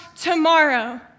tomorrow